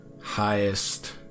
highest